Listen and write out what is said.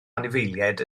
anifeiliaid